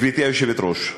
גברתי היושבת-ראש,